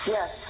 Yes